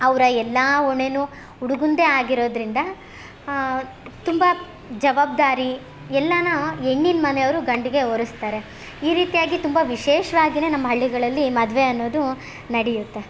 ಅವರ ಎಲ್ಲ ಹೊಣೆನು ಹುಡುಗಂದೆ ಆಗಿರೋದರಿಂದ ತುಂಬ ಜವಾಬ್ದಾರಿ ಎಲ್ಲ ಹೆಣ್ಣಿನ್ ಮನೆಯವರು ಗಂಡಿಗೆ ಹೊರಸ್ತಾರೆ ಈ ರೀತಿಯಾಗಿ ತುಂಬ ವಿಶೇಷವಾಗಿ ನಮ್ಮ ಹಳ್ಳಿಗಳಲ್ಲಿ ಮದುವೆ ಅನ್ನೋದು ನಡೆಯುತ್ತೆ